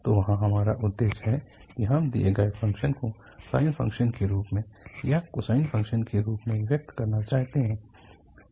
तो वहाँ हमारा उद्देश्य है कि हम दिए गए फ़ंक्शन को साइन फ़ंक्शन के रूप में या कोसाइन फ़ंक्शन के रूप में व्यक्त करना चाहते हैं